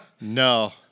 no